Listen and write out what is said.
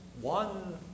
one